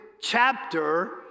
chapter